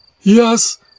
Yes